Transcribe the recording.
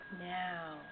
Now